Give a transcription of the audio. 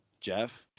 jeff